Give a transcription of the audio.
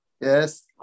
Yes